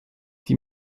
die